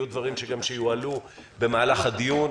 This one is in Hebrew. יהיו דברים שגם יועלו במהלך הדיון.